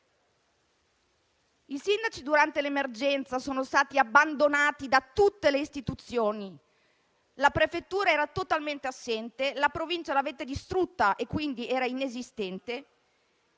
I sindaci, durante l'emergenza, sono stati abbandonati da tutte le istituzioni: la prefettura era totalmente assente; la Provincia l'avete distrutta e quindi era inesistente.